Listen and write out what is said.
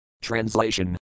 Translation